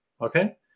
okay